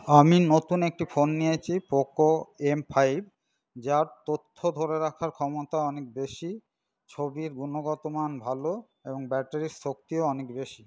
আমি নতুন একটি ফোন নিয়েছি পোকো এম ফাইভ যার তথ্য ধরে রাখার ক্ষমতা অনেক বেশি ছবির গুণগত মান ভালো এবং ব্যাটারির শক্তিও অনেক বেশি